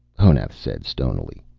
honath said stonily.